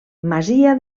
masia